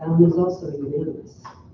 is also unanimous.